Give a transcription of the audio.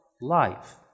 life